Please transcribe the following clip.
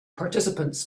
participants